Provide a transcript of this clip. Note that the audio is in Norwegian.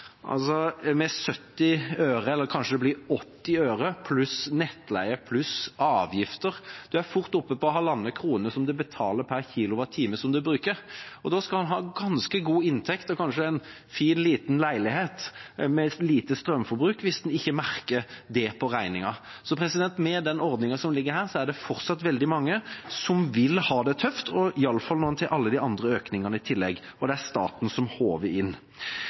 Altså: Med 70 øre, eller kanskje det blir 80 øre, pluss nettleie, pluss avgifter – du er fort oppe i halvannen krone som du betaler per kWh som du bruker. Da skal en ha ganske god inntekt og kanskje en fin liten leilighet, med et lite strømforbruk, hvis en ikke merker det på regningen. Så med den ordningen som ligger her, er det fortsatt veldig mange som vil ha det tøft, og iallfall når en tar med alle de andre økningene i tillegg, og det er staten som håver inn.